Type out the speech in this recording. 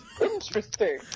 interesting